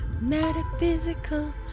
metaphysical